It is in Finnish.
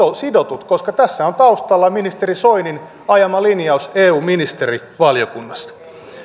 ovat sidotut koska tässä on taustalla ministeri soinin ajama linjaus eun ministerivaliokunnasta